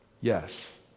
yes